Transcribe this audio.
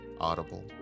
Audible